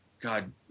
God